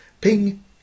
ping